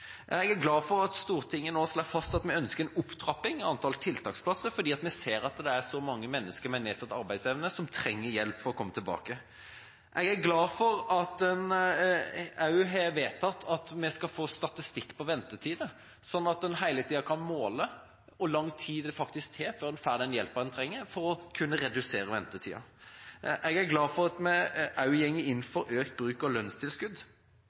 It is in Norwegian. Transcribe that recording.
Jeg er glad for at Stortinget nå slår fast at vi ønsker en opptrapping av antall tiltaksplasser, for vi ser at det er så mange mennesker med nedsatt arbeidsevne som trenger hjelp for å komme tilbake. Jeg er glad for at en også har vedtatt at en skal få statistikk på ventetider, sånn at en hele tida kan måle hvor lang tid det faktisk tar før en får den hjelpen en trenger, og for å kunne redusere ventetida. Jeg er glad for at vi går inn for økt bruk av både midlertidig og tidsubestemt lønnstilskudd,